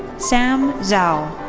sam zhao.